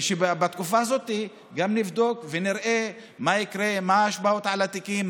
ושבתקופה הזאת גם נבדוק ונראה מה ההשפעות על התיקים,